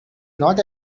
not